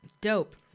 dope